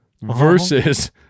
versus